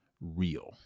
real